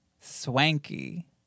Swanky